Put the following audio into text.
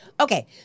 Okay